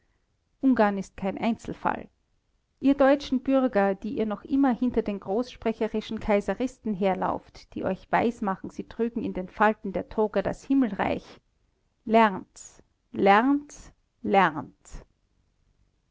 ungarn ist kein einzelfall ihr deutschen bürger die ihr noch immer hinter den großsprecherischen kaiseristen herlauft die euch weismachen sie trügen in den falten ihrer toga das himmelreich lernt lernt lernt